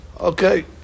Okay